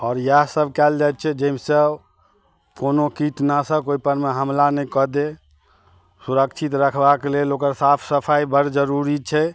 आओर इएह सब कयल जाइत छै जाहिम सँ कोनो कीटनाशक ओहि पर मे हमला नहि कऽ देरक्षित रखबाक लेल ओकर साफ सफाइ बड़ जरूरी छै